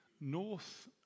North